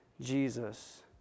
Jesus